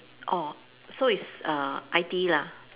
orh so it's err I_T_E lah